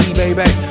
baby